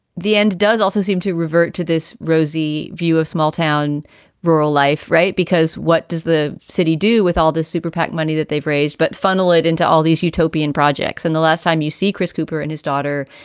the end does also seem to revert to this rosy view of small-town rural life. right. because what does the city do with all this superpac money that they've raised? but funnel it into all these utopian projects. and the last time you see chris cooper and his daughter,